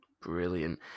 Brilliant